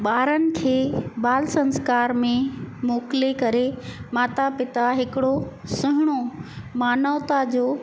ॿारनि खे बाल संस्कार में मोकिले करे माता पिता हिकिड़ो सुहिणो मानवता जो